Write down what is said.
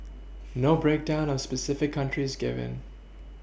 no breakdown of specific countries given